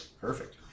perfect